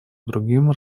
другим